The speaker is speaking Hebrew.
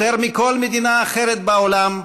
יותר מכל מדינה אחרת בעולם,